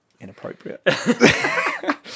inappropriate